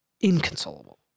inconsolable